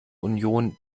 union